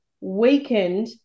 weakened